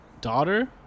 daughter